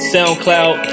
SoundCloud